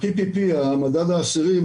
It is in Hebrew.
ה- PPP המדד העשירי,